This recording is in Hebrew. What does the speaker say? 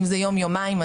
אם זה יום יומיים,